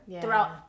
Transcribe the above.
throughout